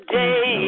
day